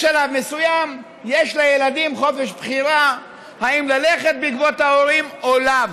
בשלב מסוים יש לילדים חופש בחירה אם ללכת בעקבות ההורים או לאו.